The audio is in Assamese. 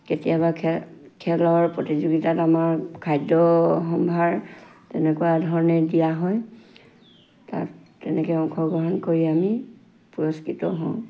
কেতিয়াবা খেল খেলৰ প্ৰতিযোগিতাত আমাক খাদ্যসম্ভাৰ তেনেকুৱা ধৰণে দিয়া হয় তাত তেনেকৈ অংশগ্ৰহণ কৰি আমি পুৰস্কৃত হওঁ